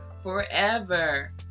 forever